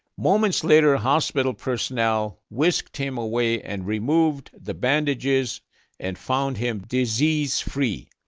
moments later, hospital personnel whisked him away and removed the bandages and found him disease free.